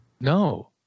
No